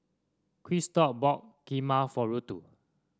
Christop bought Kheema for Ruthe